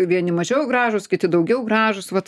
vieni mažiau gražūs kiti daugiau gražūs vat